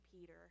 Peter